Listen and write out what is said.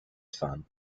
son